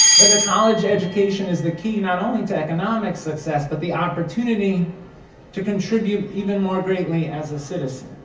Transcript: that a college education is the key, not only to economic success, but the opportunity to contribute even more greatly as a citizen.